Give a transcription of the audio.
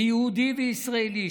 כיהודי וישראלי,